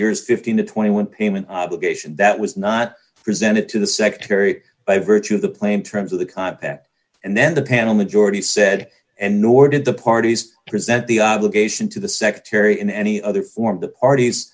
years fifteen to twenty one payment obligation that was not presented to the secretary by virtue of the plain terms of the contact and then the panel majority said and nor did the parties present the obligation to the secretary in any other form the part